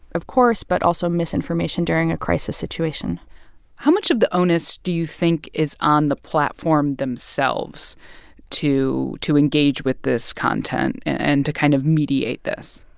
of course, but also misinformation during a crisis situation how much of the onus do you think is on the platform themselves to to engage with this content and to kind of mediate this?